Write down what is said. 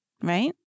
right